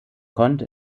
konnte